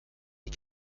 die